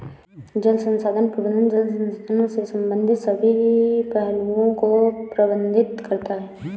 जल संसाधन प्रबंधन जल संसाधनों से संबंधित सभी पहलुओं को प्रबंधित करता है